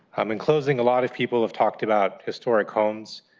um in closing, a lot of people have talked about historic homes,